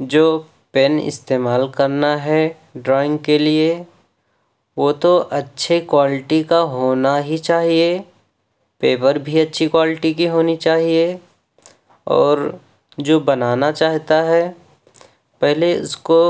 جو پین استعمال کرنا ہے ڈرائنگ کے لیے وہ تو اچھے کوالٹی کا ہونا ہی چاہیے پیپر بھی اچھی کوالٹی کی ہونی چاہیے اور جو بنانا چاہتا ہے پہلے اس کو